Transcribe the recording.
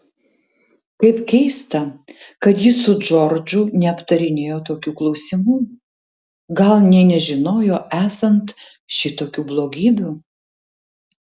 kaip keista kad ji su džordžu neaptarinėjo tokių klausimų gal nė nežinojo esant šitokių blogybių